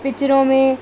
पिक्चरों में